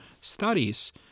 studies